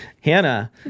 Hannah